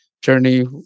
journey